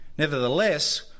Nevertheless